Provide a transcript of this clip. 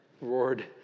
roared